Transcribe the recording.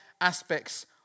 aspects